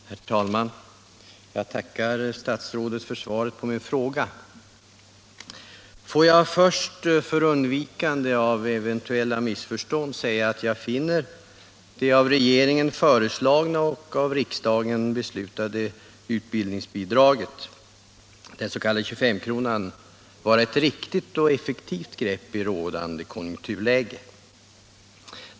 Herr talman! Jag tackar statsrådet för svaret på min fråga. Först vill jag - för undvikande av eventuella missförstånd — säga att jag finner det av regeringen föreslagna och av riksdagen beslutade ut Om negativa till företag Om negativa konsekvenser av utbildningsbidrag till företag bildningsbidraget, den s.k. 2S-kronan, vara ett riktigt och effektivt grepp i rådande konjunkturläge.